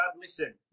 listen